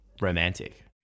romantic